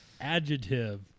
Adjective